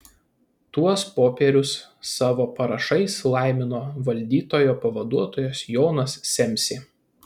tuos popierius savo parašais laimino valdytojo pavaduotojas jonas semsė